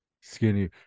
skinny